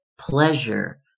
pleasure